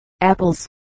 Apples